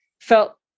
felt